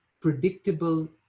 predictable